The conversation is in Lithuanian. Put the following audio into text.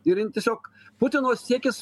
ir jin tiesiog putino siekis